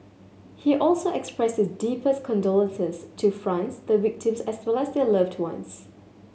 he also expressed his deepest condolences to France the victims as well as their loved ones